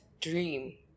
dream